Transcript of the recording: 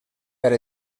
per